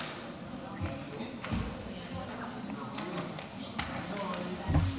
או תמך בטרור),